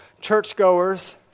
Churchgoers